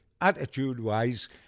Attitude-wise